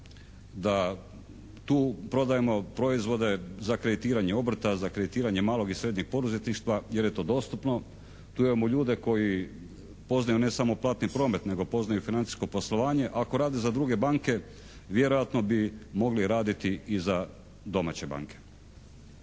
da tu prodajemo proizvode za kreditiranje obrta, za kreditiranje malog i srednjeg poduzetništva jer je to dostupno. Tu imamo ljude koji poznaju ne samo platni promet nego poznaju financijsko poslovanje. Ako rade za druge banke vjerojatno bi mogli raditi i za domaće banke.